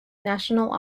national